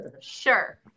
Sure